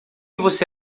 você